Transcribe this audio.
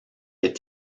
est